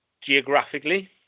geographically